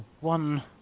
one